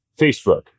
Facebook